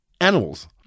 animals